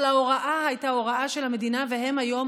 אבל ההוראה הייתה הוראה של המדינה, והם היום